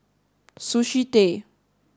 Sushi Tei